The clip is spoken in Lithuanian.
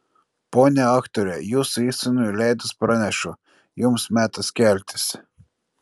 ponia aktore jūsų įsūniui leidus pranešu jums metas keltis